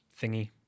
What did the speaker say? thingy